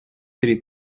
три